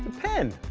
pen.